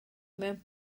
mewn